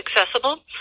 accessible